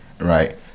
right